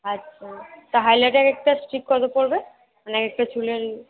আচ্ছা তা হাইলাইটের একেকটা স্টিক কতো পড়বে মানে এক একটা চুলের